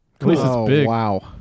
wow